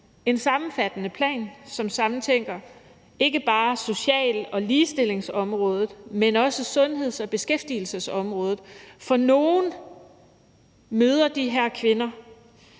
en sammenfattende plan, der samtænker, ikke bare social- og ligestillingsområdet, men også sundheds- og beskæftigelsesområdet. For der er nogle, der møder de her kvinder